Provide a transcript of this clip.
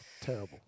terrible